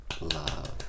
love